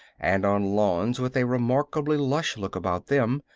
and on lawns with a remarkably lush look about them,